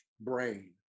brain